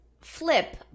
flip